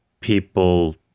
people